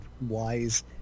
wise